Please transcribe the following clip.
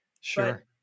Sure